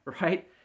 right